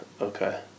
Okay